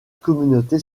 communauté